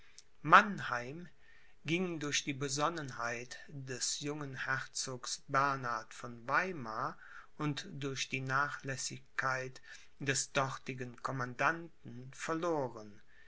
mannheim ging durch die besonnenheit des jungen herzogs bernhard von weimar und durch die nachlässigkeit des dortigen commandanten verloren